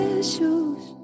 issues